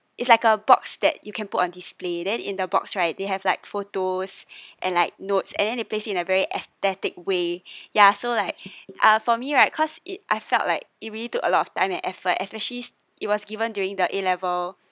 it's like a box that you can put on display then in the box right they have like photos and like notes and then they place it in a very aesthetic way ya so like uh for me right cause it I felt like it really took a lot of time and effort especially it was given during the A level